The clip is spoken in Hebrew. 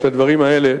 את הדברים האלה,